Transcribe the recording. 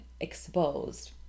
exposed